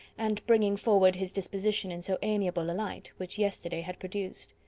and bringing forward his disposition in so amiable a light, which yesterday had produced.